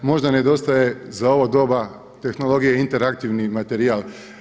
Možda nedostaje za ovo doba tehnologije interaktivni materijal.